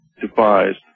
Devised